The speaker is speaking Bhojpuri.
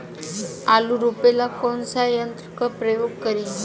आलू रोपे ला कौन सा यंत्र का प्रयोग करी?